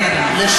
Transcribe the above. כן, אדוני.